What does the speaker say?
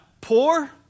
Poor